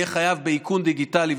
יהיה חייב באיכון דיגיטלי,